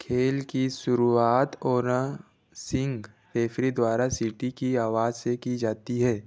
खेल की शुरुआत ओरासींग रेफरी द्वारा सीटी की आवाज़ से की जाती है